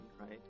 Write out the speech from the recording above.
right